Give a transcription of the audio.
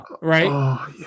right